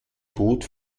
tod